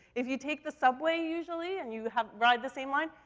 if you take the subway usually, and you hav ride the same line,